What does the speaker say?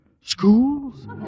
schools